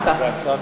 גם ככה.